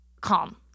calm